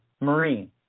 Marine